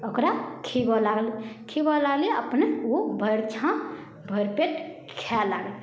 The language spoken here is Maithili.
ओकरा खिबऽ लागल खिबऽ लागलिए अपने ओ भरि छाँह भरि पेट खाइ लागल